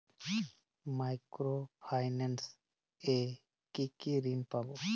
Micro finance এ কি কি ঋণ পাবো?